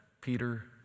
Peter